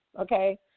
okay